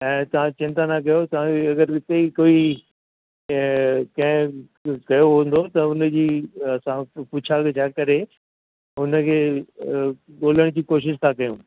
ऐं तव्हां चिंता न कयो तव्हां जी अगरि हिते ई कोई कंहिं कंहिं कुझु कयो हूंदो त हुन जी असां पुछां करे हुन खे ॻोल्हण जी कोशिशि था कयूं